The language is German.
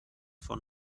von